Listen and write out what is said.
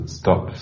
stop